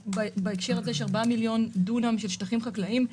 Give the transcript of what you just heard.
בהקשר הזה של 4 מיליון דונם של שטחים חקלאיים.